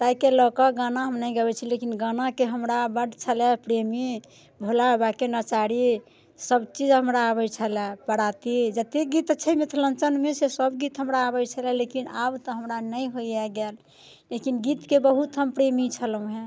ताहिके लऽ के गाना हम नहि गबैत छी लेकिन गानाके हमरा बड छलैया प्रेमी भोला बाबाके नचारी सब चीज हमरा अबैत छलैया पराती जते गीत छै मिथिलाञ्चलमे से सब गीत हमरा अबैत छलैया लेकिन आब तऽ हमरा नहि होइया गायल लेकिन गीतके बहुत हम प्रेमी छलहुँ हँ